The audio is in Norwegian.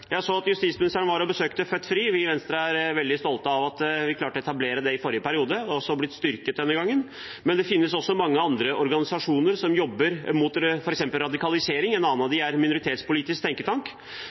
Jeg så at justisministeren besøkte Født Fri. Vi i Venstre er veldig stolte av at vi klarte å etablere det i forrige periode. Det har også blitt styrket denne gangen. Det finnes også mange andre organisasjoner som jobber mot f.eks. radikalisering; en